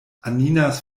anninas